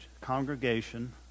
congregation